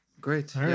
Great